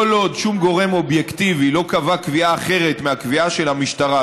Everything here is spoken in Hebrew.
כל עוד שום גורם אובייקטיבי לא קבע קביעה אחרת מהקביעה של המשטרה,